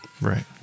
right